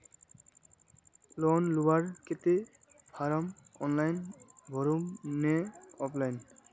Loan लुबार केते form online भरुम ने ऑफलाइन?